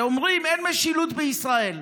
אומרים: אין משילות בישראל.